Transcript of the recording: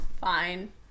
fine